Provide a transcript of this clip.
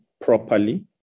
properly